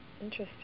Interesting